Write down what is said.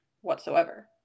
whatsoever